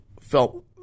felt